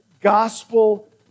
gospel